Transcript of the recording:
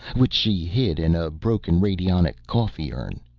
which she hid in a broken radionic coffee urn.